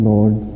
Lord